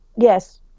Yes